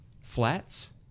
flats